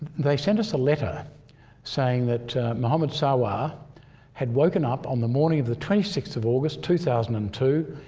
they sent us a letter saying that muhammad sawa had woken up on the morning of the twenty sixth of august two thousand and two,